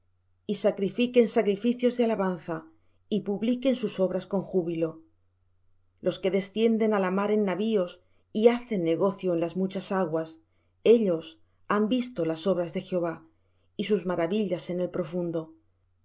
y sacrifiquen sacrificios de alabanza y publiquen sus obras con júbilo los que descienden á la mar en navíos y hacen negocio en las muchas aguas ellos han visto las obras de jehová y sus maravillas en el profundo